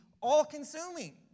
all-consuming